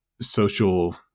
social